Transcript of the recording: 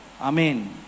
Amen